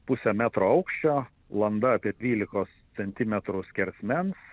pusę metro aukščio landa apie dvylikos centimetrų skersmens